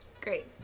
Great